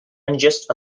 unjust